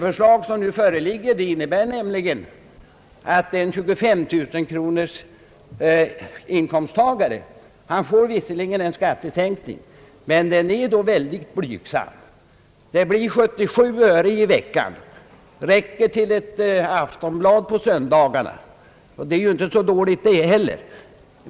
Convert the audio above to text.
Högerns förslag innebär nämligen att en inkomsttagare, som tjänar 25 000 kronor om året, visserligen får en skattesänkning men en mycket blygsam sådan. Det blir 77 öre i veckan! Det räcker att köpa Aftonbladet på söndagarna, och det är ju ändå något.